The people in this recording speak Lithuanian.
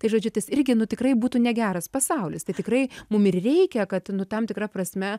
tai žodžiu tas irgi nu tikrai būtų negeras pasaulis tai tikrai mum ir reikia kad nu tam tikra prasme